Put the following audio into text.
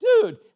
dude